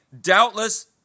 doubtless